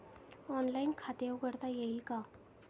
Online खाते उघडता येईल का?